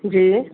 जी